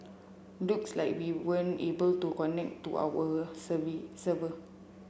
looks like we weren't able to connect to our server